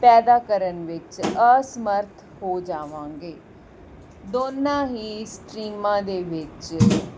ਪੈਦਾ ਕਰਨ ਵਿੱਚ ਅਸਮਰੱਥ ਹੋ ਜਾਵਾਂਗੇ ਦੋਨਾਂ ਹੀ ਸਟਰੀਮਾਂ ਦੇ ਵਿੱਚ